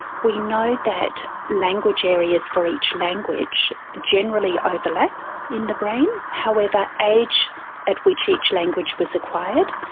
we know that language areas for each language generally overlap in the brain. however, age at which each language was acquired,